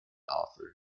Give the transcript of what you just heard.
offer